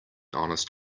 honest